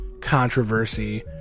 controversy